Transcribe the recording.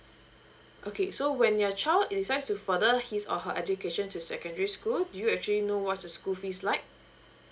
okay so when your child decides to further his or her education to secondary school do you actually know what's the school fees like